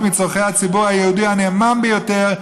מצורכי הציבור היהודי הנאמן ביותר,